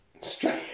straight